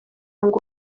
ngo